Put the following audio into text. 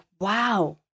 wow